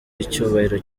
icyubahiro